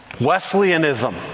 Wesleyanism